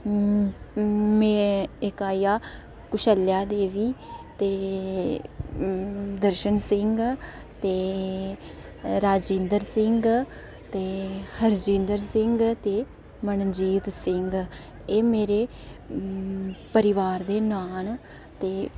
में इक आई गेआ कौशल्या देवी ते दर्शन सिंह ते राजिन्द्र सिंह ते हरजिन्दर सिंह ते मनजीत सिंह ऐ मेरे दे नांऽ नां